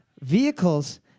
vehicles